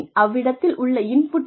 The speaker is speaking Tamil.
அவ்விடத்தில் உள்ள இன்புட் என்ன